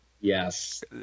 Yes